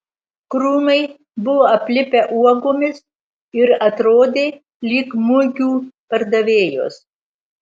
krūmai buvo aplipę uogomis ir atrodė lyg mugių pardavėjos